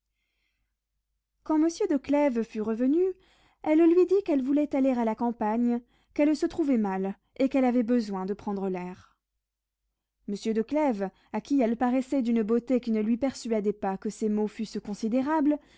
monsieur de clèves fut revenu elle lui dit qu'elle voulait aller à la campagne qu'elle se trouvait mal et qu'elle avait besoin de prendre l'air monsieur de clèves à qui elle paraissait d'une beauté qui ne lui persuadait pas que ses maux fussent considérables